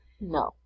No